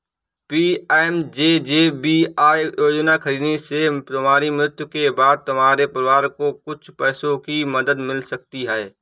PMJJBY योजना खरीदने से तुम्हारी मृत्यु के बाद तुम्हारे परिवार को कुछ पैसों की मदद मिल सकती है